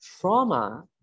trauma